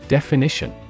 Definition